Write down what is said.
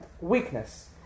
weakness